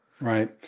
Right